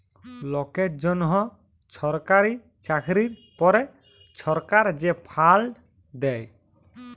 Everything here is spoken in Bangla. লকের জ্যনহ ছরকারি চাকরির পরে ছরকার যে ফাল্ড দ্যায়